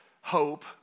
hope